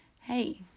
hey